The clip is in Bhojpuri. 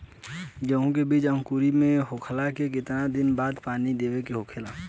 गेहूँ के बिज अंकुरित होखेला के कितना दिन बाद पानी देवे के होखेला?